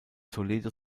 toledo